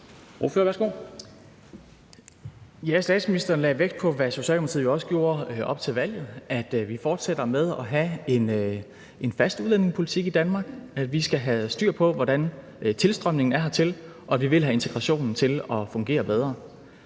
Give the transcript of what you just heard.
(S): Statsministeren lagde vægt på det samme, som Socialdemokratiet lagde vægt på op til valget, nemlig at vi fortsætter med at have en fast udlændingepolitik i Danmark. Vi skal have styr på, hvordan tilstrømningen hertil sker, og vi vil have integrationen til at fungere bedre.